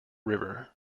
river